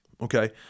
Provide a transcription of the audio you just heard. Okay